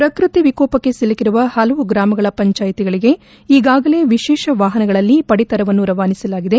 ಪ್ರಕೃತಿ ವಿಕೋಪಕ್ಕೆ ಸಿಲುಕಿರುವ ಪಲವು ಗ್ರಾಮಗಳ ಪಂಚಾಯಿತಿಗಳಿಗೆ ಈಗಾಗಲೇ ವಿಶೇಷ ವಾಹನಗಳಲ್ಲಿ ಪಡಿತರವನ್ನು ರವಾನಿಸಲಾಗಿದೆ